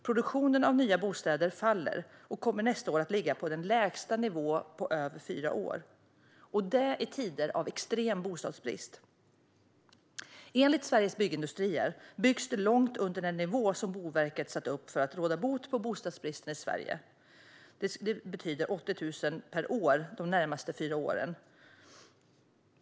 Produktionen av nya bostäder faller och kommer nästa år att ligga på den lägsta nivån på över fyra år - och det i tider av extrem bostadsbrist. Enligt Sveriges Byggindustrier byggs det långt under den nivå som Boverket satt upp för att råda bot på bostadsbristen, alltså 80 000 bostäder per år de närmaste fyra åren.